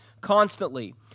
constantly